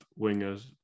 wingers